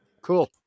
cool